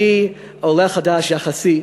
אני עולה חדש יחסית,